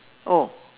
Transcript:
oh